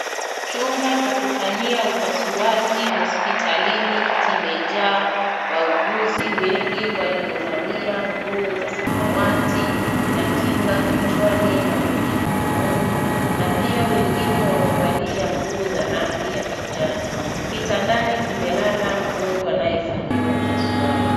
Chumba cha kufanyia upasuaji hospitalini kimejaa wauguzi wengi waliovalia nguo za samawati na kinga kichwani na kwenye mdomoni na pia wengine wamevalia nguo za rangi ya kijani. Kitandani kumelala mgonjwa anayefanyiwa upasuaji.